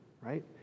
right